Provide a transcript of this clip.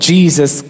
Jesus